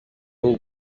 uru